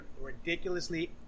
ridiculously